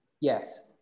Yes